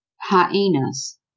hyenas